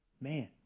man